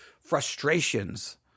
frustrations